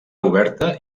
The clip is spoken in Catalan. oberta